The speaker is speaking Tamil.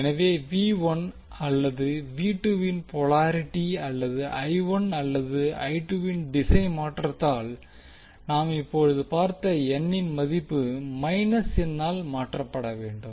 எனவே அல்லது இன் போலாரிட்டி அல்லது அல்லது இன் திசை மாற்றப்பட்டால் நாம் இப்போது பார்த்த இன் மதிப்பு n ஆல் மாற்றப்பட வேண்டும்